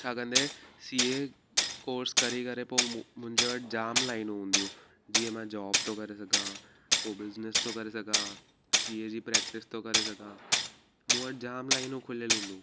छाकाणि त CA course करे करे पोइ मु मुंहिंजे वटि जामु लाइनूं हूंदियूं जीअं मां जॉब थो करे सघां पोइ बिज़नैस थो करे सघां सीए जी प्रैक्टीस थो करे सघां मूं वटि जामु लाइनूं खुलियलु हूंदियूं